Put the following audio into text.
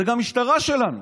זו משטרה גם שלנו.